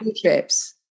trips